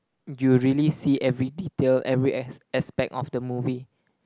you really see every detail every as aspect of the movie